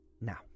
Now